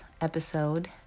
episode